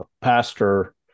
pastor